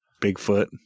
Bigfoot